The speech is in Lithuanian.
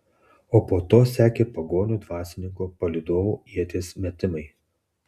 o po to sekė pagonių dvasininko palydovų ieties metimai